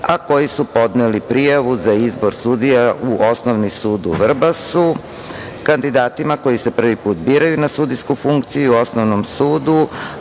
a koji su podneli prijavu za izbor sudija u Osnovni sud u Vrbasu, kandidatima koji se prvi put biraju na sudijsku funkciju u Osnovnom sudu,